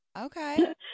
Okay